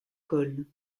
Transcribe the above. col